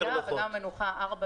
זה בנהיגה, וגם מנוחה ארבע לעומת שש.